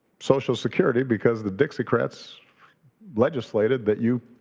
social security because the dixiecrats legislated that you